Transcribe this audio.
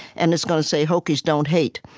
and it's gonna say hokies don't hate,